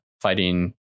fighting